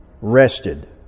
rested